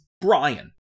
Brian